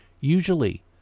usually